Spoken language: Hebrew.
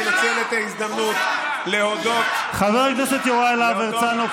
אני רוצה לנצל את ההזדמנות להודות חבר הכנסת יוראי להב הרצנו,